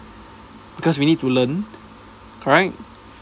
because we need to learn correct